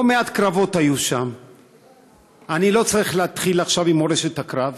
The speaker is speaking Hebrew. באים לוועדת הכספים עם נושאים של הפקעות,